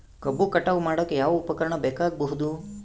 ಕಬ್ಬು ಕಟಾವು ಮಾಡೋಕೆ ಯಾವ ಉಪಕರಣ ಬೇಕಾಗಬಹುದು?